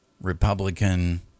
Republican